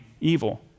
evil